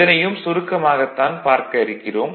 இதனையும் சுருக்கமாகத் தான் பார்க்க இருக்கிறோம்